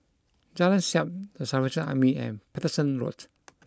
Jalan Siap The Salvation Army and Paterson Road